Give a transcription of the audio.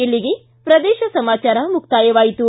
ಇಲ್ಲಿಗೆ ಪ್ರದೇಶ ಸಮಾಚಾರ ಮುಕ್ತಾಯವಾಯಿತು